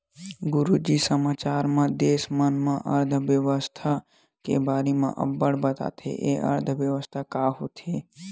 गुरूजी समाचार म देस मन के अर्थबेवस्था के बारे म अब्बड़ बताथे, ए अर्थबेवस्था का होथे?